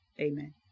amen